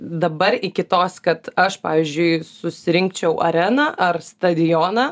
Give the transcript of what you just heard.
dabar iki tos kad aš pavyzdžiui susirinkčiau areną ar stadioną